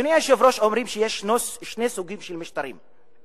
אדוני היושב-ראש, אומרים שיש שני סוגים של משטרים,